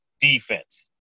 defense